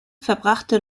verbrachte